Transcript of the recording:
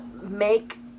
make